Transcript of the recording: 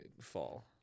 fall